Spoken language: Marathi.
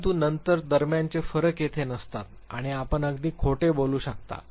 परंतु नंतर दरम्यानचे फरक तेथे नसतात आणि आपण अगदी खोटे बोलू शकता